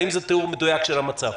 האם זה תיאור מדויק של המצב?